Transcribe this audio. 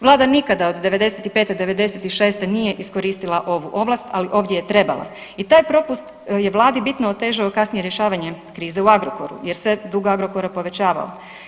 Vlada nikada, od '95., '96. nije iskoristila ovu ovlast, ali ovdje je trebala i taj propust je Vladi bitno otežao kasnije rješavanje krize u Agrokoru jer se dug Agrokora povećavao.